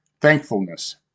thankfulness